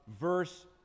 verse